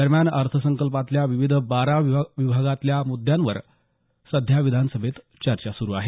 दरम्यान अर्थसंकल्पातल्या विविध बारा विभागातल्या मुद्यांवर सध्या विधानसभेत चर्चा सुरू आहे